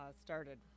started